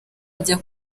ajya